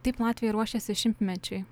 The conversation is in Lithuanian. taip latviai ruošėsi šimtmečiui